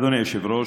אדוני היושב-ראש,